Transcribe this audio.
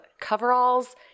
coveralls